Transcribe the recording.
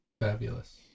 Fabulous